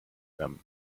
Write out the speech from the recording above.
them